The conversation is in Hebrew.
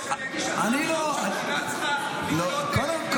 שאני אגיש הצעת חוק שהמדינה צריכה לבנות --- לילדים?